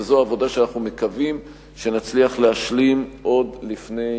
וזו עבודה שאנחנו מקווים שנצליח להשלים עוד לפני